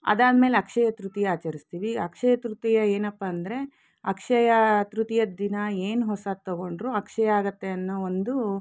ಅದಾದ್ಮೇಲೆ ಅಕ್ಷಯ ತೃತೀಯ ಆಚರಿಸ್ತೀವಿ ಅಕ್ಷಯ ತೃತೀಯ ಏನಪ್ಪ ಅಂದರೆ ಅಕ್ಷಯ ತೃತೀಯದ ದಿನ ಏನು ಹೊಸದು ತೊಗೊಂಡ್ರು ಅಕ್ಷಯ ಆಗತ್ತೆ ಅನ್ನೋ ಒಂದು